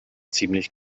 ziemlich